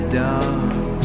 dark